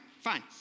fine